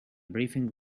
briefing